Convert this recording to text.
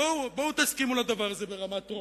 בואו תסכימו לדבר הזה ברמה הטרומית,